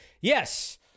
Yes